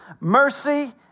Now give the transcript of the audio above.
mercy